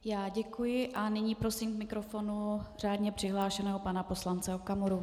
Já děkuji a nyní prosím k mikrofonu řádně přihlášeného pana poslance Okamuru.